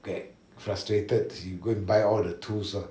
get frustrated he go and buy all the tools lor